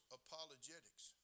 apologetics